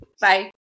Bye